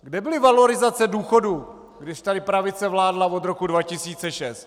Kde byly valorizace důchodů, když tady pravice vládla od roku 2006?